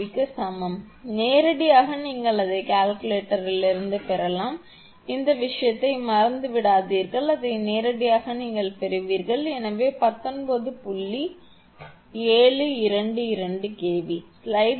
க்கு சமம் நேரடியாக நீங்கள் அதை கால்குலேட்டரிலிருந்து பெறலாம் இந்த விஷயத்தை மறந்துவிடாதீர்கள் அதை நேரடியாக நீங்கள் பெறுவீர்கள் எனவே 19